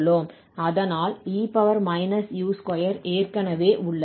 அதனால் e u2ஏற்கனவே உள்ளது